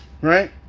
right